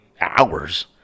hours